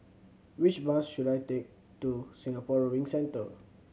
which bus should I take to Singapore Rowing Centre